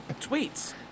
tweets